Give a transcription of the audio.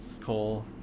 Cole